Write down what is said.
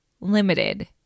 limited